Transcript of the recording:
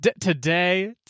today